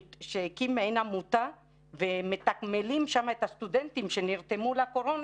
שהקים מעין עמותה ומתגמלים שם את הסטודנטים שנרתמו לקורונה,